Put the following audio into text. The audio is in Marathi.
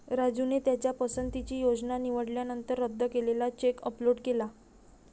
राजूने त्याच्या पसंतीची योजना निवडल्यानंतर रद्द केलेला चेक अपलोड केला